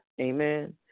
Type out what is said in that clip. Amen